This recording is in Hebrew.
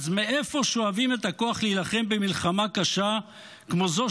אז מאיפה שואבים את הכוח להילחם במלחמה קשה כמו זו